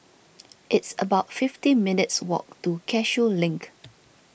it's about fifty minutes' walk to Cashew Link